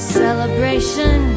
celebration